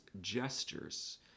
gestures